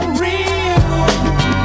real